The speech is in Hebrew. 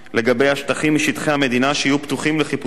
המדינה שיהיו פתוחים לחיפוש נפט ולהפקתו,